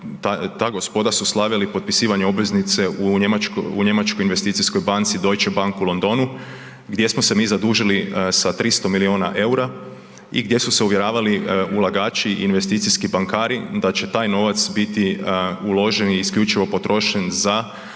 ta gospoda su slavili potpisivanje obveznice u njemačkoj investicijskoj banci, Deutschebank u Londonu gdje smo se mi zadužili sa 300 milijuna EUR-a i gdje su se uvjeravali ulagači i investicijski bankari da će taj novac biti uložen i isključivo potrošen za